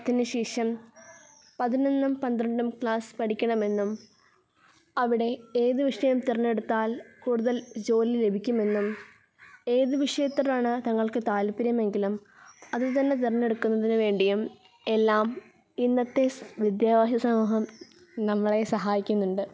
പത്തിനുശേഷം പതിനൊന്നും പന്ത്രണ്ടും ക്ലാസ് പഠിക്കണമെന്നും അവിടെ ഏതു വിഷയം തിരഞ്ഞെടുത്താൽ കൂടുതൽ ജോലി ലഭിക്കുമെന്നും ഏതു വിഷയത്തിലാണ് തങ്ങൾക്കു താത്പര്യമെങ്കിലും അതുതന്നെ തിരഞ്ഞെടുക്കുന്നതിനു വേണ്ടിയും എല്ലാം ഇന്നത്തെ വിദ്യാർത്ഥി സമൂഹം നമ്മളെ സഹായിക്കുന്നുണ്ട്